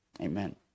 Amen